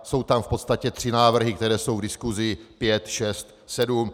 Jsou tam v podstatě tři návrhy, které jsou v diskusi: 5, 6, 7.